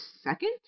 second